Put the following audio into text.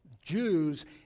Jews